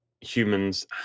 humans